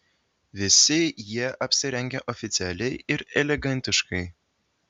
visi jie apsirengę oficialiai ir elegantiškai